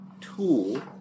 tool